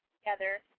together